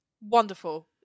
Wonderful